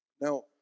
Now